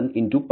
22k10212